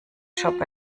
job